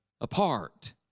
Apart